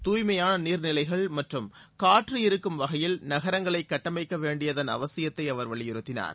துய்மையான நீர்நிலைகள் மற்றும் காற்று இருக்கும் வகையில் நகரங்களை கட்டமைக்க வேண்டியதன் அவசியத்தை அவர் வலியுறுத்தினார்